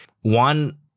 one